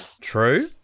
True